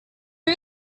who